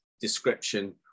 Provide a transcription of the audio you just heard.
description